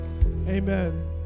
amen